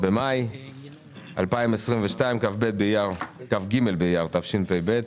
במאי 2022, כ"ג באייר התשפ"ב.